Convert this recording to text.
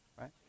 right